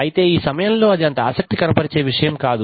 అయితే ఈ సమయంలో అది అంత ఆసక్తి కనబరచే విషయం కాదు